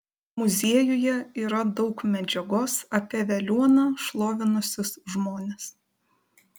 muziejuje yra daug medžiagos apie veliuoną šlovinusius žmones